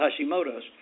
Hashimoto's